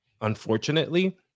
unfortunately